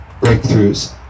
breakthroughs